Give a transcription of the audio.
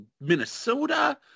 Minnesota